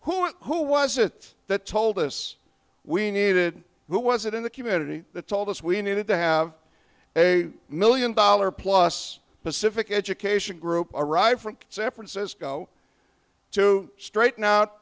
are who was it that told us we needed who was it in the community that told us we needed to have a million dollar plus pacific education group arrive from san francisco to straighten out